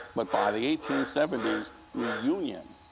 but by the eighteen seventy s, reunion